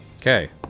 Okay